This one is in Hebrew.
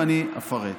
ואני אפרט.